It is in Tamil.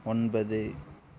ஒன்பது